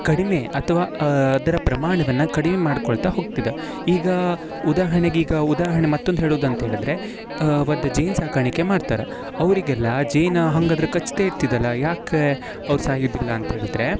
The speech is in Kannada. ಕಡಿಮೆ ಅಥ್ವಾ ಅದರ ಪ್ರಮಾಣವನ್ನು ಕಡಿಮೆ ಮಾಡಿಕೊಳ್ತಾ ಹೋಗ್ತಿದ್ದ ಈಗ ಉದಾಹರ್ಣೆಗೆ ಈಗ ಉದಾಹರಣೆ ಮತ್ತೊಂದು ಹೇಳೋದಂತ ಹೇಳಿದರೆ ಒಂದು ಜೇನು ಸಾಕಾಣಿಕೆ ಮಾಡ್ತಾರೆ ಅವರಿಗೆಲ್ಲ ಜೇನು ಹಾಗಾದ್ರೆ ಕಚ್ಚದೇ ಇರ್ತಿದ್ದಲ್ಲ ಯಾಕೆ ಅವ್ರು ಸಾಯುವುದಿಲ್ಲ ಅಂಥೇಳಿದ್ರೆ